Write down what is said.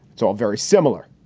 it's all very similar.